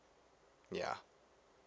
yeah